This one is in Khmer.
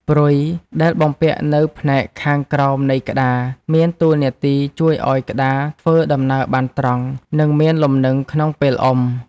ព្រុយ ដែលបំពាក់នៅផ្នែកខាងក្រោមនៃក្តារ មានតួនាទីជួយឱ្យក្តារធ្វើដំណើរបានត្រង់ និងមានលំនឹងក្នុងពេលអុំ។